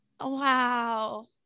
wow